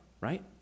right